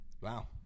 Wow